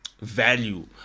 value